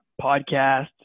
podcast